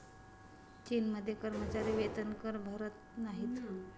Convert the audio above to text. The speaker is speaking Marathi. चीनमध्ये कर्मचारी वेतनकर भरत नाहीत